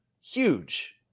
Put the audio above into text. Huge